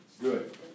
good